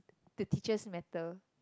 the teachers matter